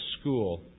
school